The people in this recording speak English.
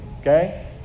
Okay